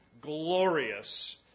glorious